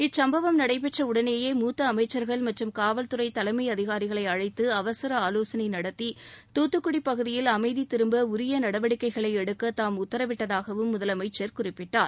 இச்சும்பவம் நடைபெற்ற உடனேயே மூத்த அமைச்சர்கள் மற்றும் காவல்துறை கலைமை அதிகாரிகளை அழைத்து அவசர ஆலோசனை நடத்தி தூத்துக்குடி பகுதியில் அமைதி திரும்ப உரிய நடவடிக்கைகளை எடுக்க தாம் உத்தரவிட்டதாகவும் முதலமைச்சர் குறிப்பிட்டார்